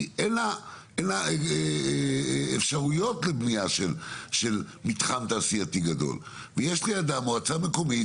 אין לה אפשרויות לבנייה של מתחם תעשייתי גדול ויש לידה מועצה מקומית,